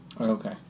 Okay